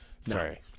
Sorry